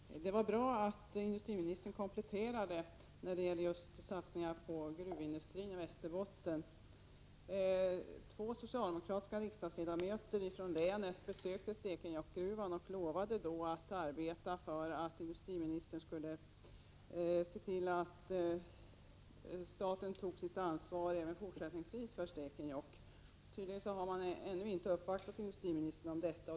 Herr talman! Det var bra att industriministern kompletterade när det gäller just satsningar på gruvindustrin i Västerbotten. Två socialdemokratiska riksdagsledamöter besökte Stekenjokkgruvan och lovade då att arbeta för att industriministern skulle se till att staten tog sitt ansvar även fortsättningsvis. Tydligen har de ännu inte uppvaktat industriministern om detta.